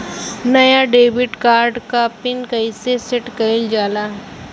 नया debit card क PIN कईसे सेट कईल जाला?